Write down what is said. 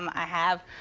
um i have